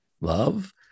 love